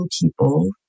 people